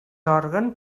òrgan